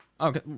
Okay